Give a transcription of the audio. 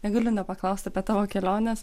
negaliu nepaklausti apie tavo keliones